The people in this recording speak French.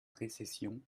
récession